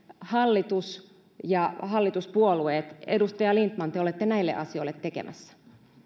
hallitus ja hallituspuolueet edustaja lindtman te olette näille asioille tekemässä